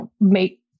make